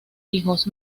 hijos